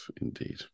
indeed